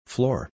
Floor